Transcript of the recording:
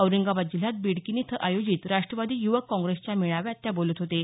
औरंगाबाद जिल्ह्यात बिडकीन इथं आयोजित राष्ट्रवादी युवक काँग्रेसच्या मेळाव्यात त्या बोलत होत्या